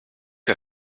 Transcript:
her